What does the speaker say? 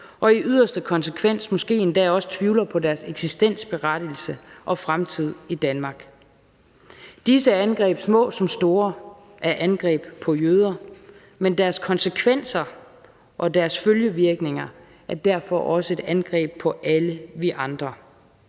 og i yderste konsekvens måske endda også tvivler på deres eksistensberettigelse og fremtid i Danmark. Disse angreb, små som store, er angreb på jøder, men deres konsekvenser og deres følgevirkninger er derfor også et angreb på alle os andre